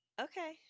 okay